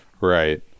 Right